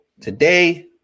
today